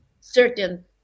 certain